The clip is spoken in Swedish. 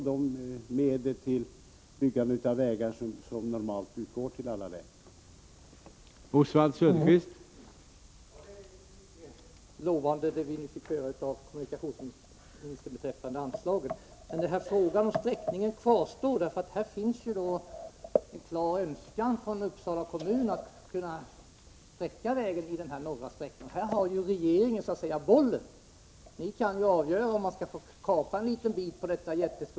Och sedan har man de medel att tillgå som normalt finns för vägbyggnader i alla län.